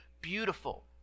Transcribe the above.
beautiful